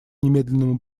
немедленному